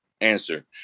answer